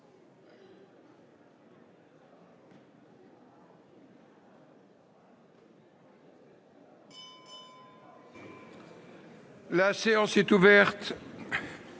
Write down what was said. La séance est ouverte.